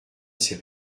ses